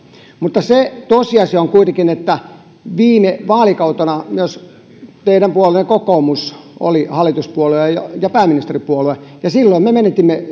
mutta se tosiasia on kuitenkin että viime vaalikautena myös teidän puolueenne kokoomus oli hallituspuolue ja ja pääministeripuolue ja silloin me menetimme